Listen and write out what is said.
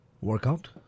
Workout